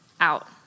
out